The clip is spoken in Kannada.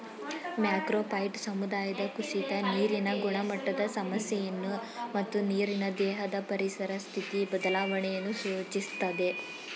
ಮ್ಯಾಕ್ರೋಫೈಟ್ ಸಮುದಾಯದ ಕುಸಿತ ನೀರಿನ ಗುಣಮಟ್ಟದ ಸಮಸ್ಯೆಯನ್ನು ಮತ್ತು ನೀರಿನ ದೇಹದ ಪರಿಸರ ಸ್ಥಿತಿ ಬದಲಾವಣೆಯನ್ನು ಸೂಚಿಸ್ತದೆ